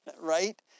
Right